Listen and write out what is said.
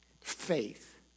faith